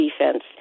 defense